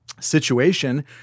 situation